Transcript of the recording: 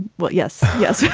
well, yes, yes,